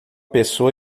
pessoa